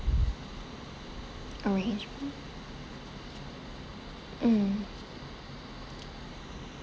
arrangement mm